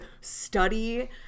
study